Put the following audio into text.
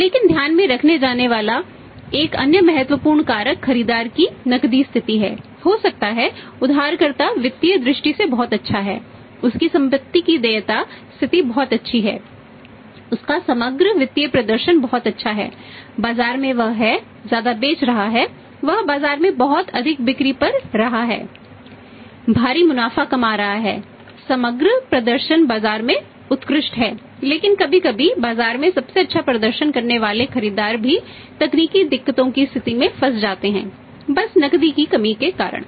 लेकिन ध्यान में रखा जाने वाला एक अन्य महत्वपूर्ण कारक खरीदार की नकदी स्थिति है हो सकता है उधारकर्ता वित्तीय दृष्टि से बहुत अच्छा है उसकी संपत्ति की देयता स्थिति बहुत अच्छी है उसका समग्र वित्तीय प्रदर्शन बहुत अच्छा है बाजार में वह है ज्यादा बेच रहा है वह बाजार में बहुत अधिक बिक्री कर रहा है भारी मुनाफा कमा रहा है समग्र प्रदर्शन बाजार में उत्कृष्ट है लेकिन कभी कभी बाजार में सबसे अच्छा प्रदर्शन करने वाले खरीदार भी तकनीकी दिक्कतों की स्थिति में फंस जाते हैं बस नकदी की कमी के कारण